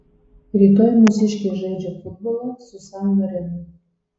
rytoj mūsiškiai žaidžia futbolą su san marinu